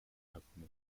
company